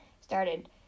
started